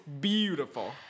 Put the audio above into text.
beautiful